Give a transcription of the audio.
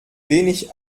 wenig